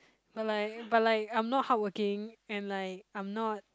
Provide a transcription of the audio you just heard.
but like but like I'm not hardworking and like I'm not